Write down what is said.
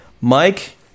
Mike